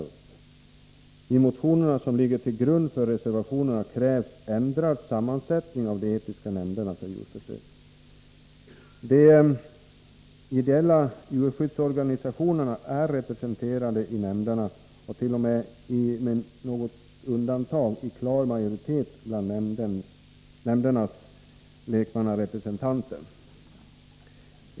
I de motioner som ligger till grund för reservationerna krävs ändrad sammansättning av de etiska nämnderna för djurförsök. De ideella djurskyddsorganisationerna är representerade i nämnderna och med något undantag t.o.m. i klar majoritet bland nämndernas lekmannarepresentanter.